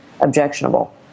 objectionable